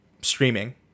streaming